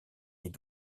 est